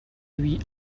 lui